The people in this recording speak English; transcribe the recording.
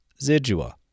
Zidua